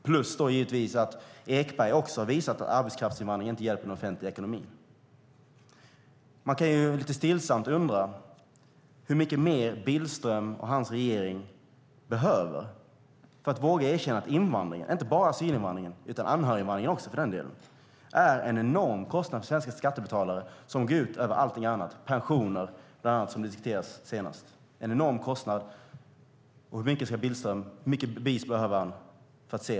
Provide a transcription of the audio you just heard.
Dessutom har Ekberg visat att arbetskraftsinvandring inte hjälper den offentliga ekonomin. Man kan lite stillsamt undra hur mycket mer Billström och hans regering behöver för att våga erkänna att invandringen, inte bara asylinvandringen utan också anhöriginvandringen, är en enorm kostnad för svenska skattebetalare som går ut över allting annat, bland annat pensioner, som diskuterades senast. Det är en enorm kostnad. Hur mycket bevis behöver Billström för att se att det är så i det här fallet?